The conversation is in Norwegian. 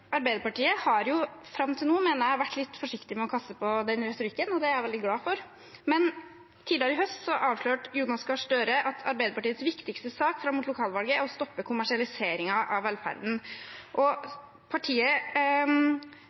Arbeiderpartiet har fram til nå, mener jeg, vært litt forsiktig med å kaste seg på den retorikken, og det er jeg veldig glad for, men tidligere i høst avslørte Jonas Gahr Støre at Arbeiderpartiets viktigste sak fram mot lokalvalget er å stoppe kommersialiseringen av velferden. Partiet